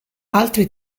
altre